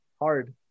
hard